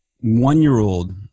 one-year-old